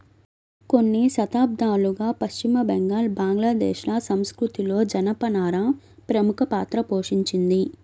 కొన్ని శతాబ్దాలుగా పశ్చిమ బెంగాల్, బంగ్లాదేశ్ ల సంస్కృతిలో జనపనార ప్రముఖ పాత్ర పోషించింది